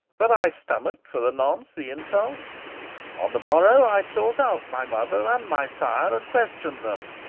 but i stomached for the nonce the insult on the morrow i sought out my mother and my sire and questioned them.